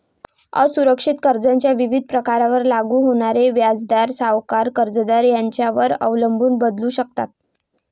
असुरक्षित कर्जाच्या विविध प्रकारांवर लागू होणारे व्याजदर सावकार, कर्जदार यांच्यावर अवलंबून बदलू शकतात